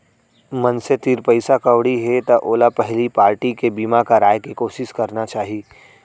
मनसे तीर पइसा कउड़ी हे त ओला पहिली पारटी के बीमा कराय के कोसिस करना चाही